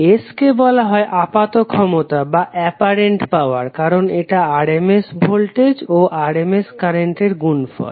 S কে বলা হয় আপাত ক্ষমতা কারণ এটা RMS ভোল্টেজ ও RMS কারেন্টের গুণফল